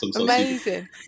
Amazing